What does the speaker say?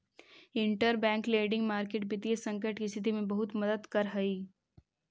interbank lending market वित्तीय संकट के स्थिति में बहुत मदद करऽ हइ